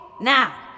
Now